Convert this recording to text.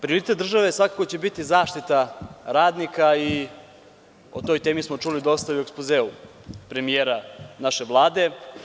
Prioritet države svakako će biti zaštita radnika i o toj temi smo čuli dosta i u ekspozeu premijera naše Vlade.